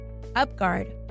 UpGuard